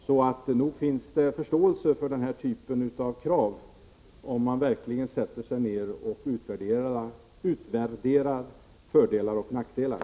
Nog går det att få förståelse för den typen av krav, om man verkligen sätter sig ned och utvärderar fördelar och nackdelar.